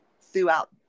throughout